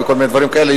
וכל מיני דברים כאלה,